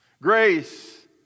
Grace